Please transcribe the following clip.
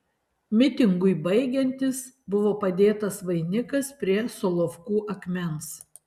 mitingui baigiantis buvo padėtas vainikas prie solovkų akmens